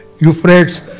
Euphrates